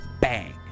bang